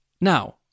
Now